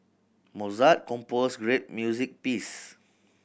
Mozart composed great music piece